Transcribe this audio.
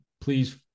please